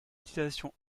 utilisation